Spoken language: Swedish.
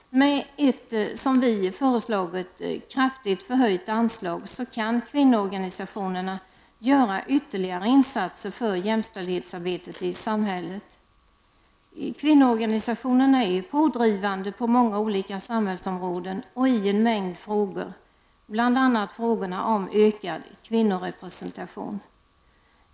Med ett, som vi föreslagit, kraftigt förhöjt anslag kan kvinnoorganisationerna göra ytterligare insatser för jämställdhetsarbetet i samhället. Kvinnoorganisationerna är pådrivande på många olika samhällsområden och i en mängd frågor, bl.a. ökad kvinnorepresentation.